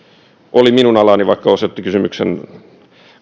on minun alaani vaikka osoitti kysymyksen